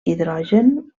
hidrogen